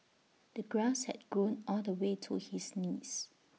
the grass had grown all the way to his knees